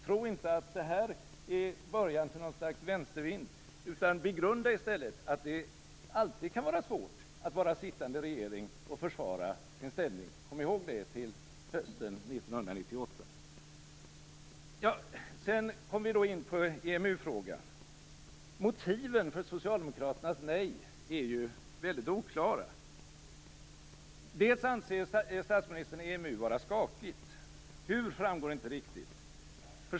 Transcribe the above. Tro inte att detta är början till något slags vänstervind, utan begrunda i stället att det alltid kan vara svårt att vara sittande regering och försvara sin ställning. Kom ihåg det till hösten 1998! Sedan kom vi då in på EMU-frågan. Motiven för Socialdemokraternas nej är ju väldigt oklara. Dels anser statsministern EMU vara skakigt. Hur framgår inte riktigt.